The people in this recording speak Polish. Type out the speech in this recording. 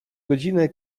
godzinę